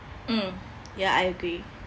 mm yeah I agree